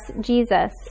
Jesus